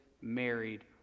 married